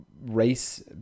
race